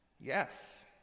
Yes